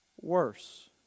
worse